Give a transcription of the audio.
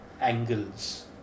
angles